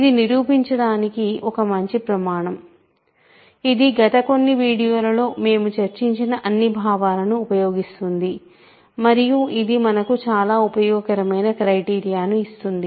ఇది నిరూపించడానికి ఒక మంచి ప్రమాణం ఇది గత కొన్ని వీడియోలలో మేము చర్చించిన అన్ని భావాలను ఉపయోగిస్తుంది మరియు ఇది మనకు చాలా ఉపయోగకరమైన క్రైటీరియా ను ఇస్తుంది